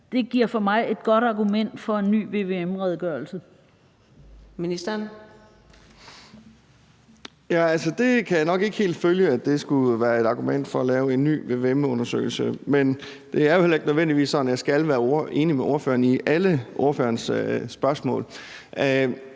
Kl. 14:16 Transportministeren (Thomas Danielsen): Jeg kan nok ikke helt følge, at det skulle være et argument for at lave en ny vvm-undersøgelse. Men det er jo heller ikke nødvendigvis sådan, at jeg skal være enig med spørgeren i alle spørgerens spørgsmål.